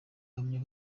ahamya